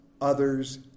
others